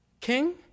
King